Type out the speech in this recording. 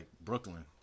Brooklyn